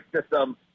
system